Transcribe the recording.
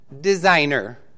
designer